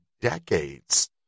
decades